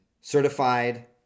certified